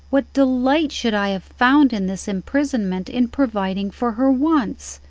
what delight should i have found in this imprisonment in providing for her wants!